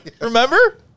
Remember